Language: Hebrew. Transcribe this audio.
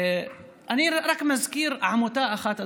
אני רק מזכיר עמותה אחת,